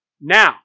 Now